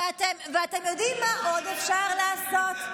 ואתם יודעים מה עוד אפשר לעשות?